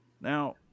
Now